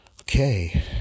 Okay